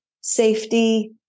safety